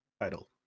title